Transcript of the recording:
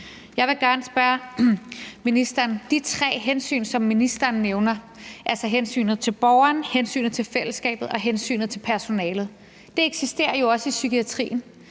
Jeg vil gerne spørge ministeren om noget. De tre hensyn, som ministeren nævner, altså hensynet til borgeren, hensynet til fællesskabet og hensynet til personalet eksisterer jo også i psykiatrien,